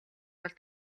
бол